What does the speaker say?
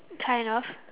kind of